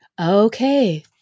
Okay